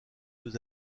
deux